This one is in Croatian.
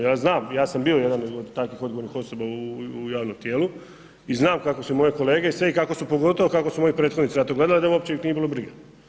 I ja znam, ja sam bio jedan od takvih odgovornih osoba u javnom tijelu i znam kako su moje kolege i sve i kako su pogotovo kako su moji prethodnici na to gledali da uopće ih nije bilo briga.